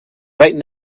right